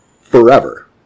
Forever